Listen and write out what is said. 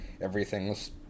everything's